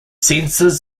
sensors